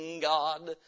God